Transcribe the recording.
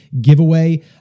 giveaway